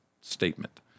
statement